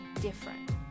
different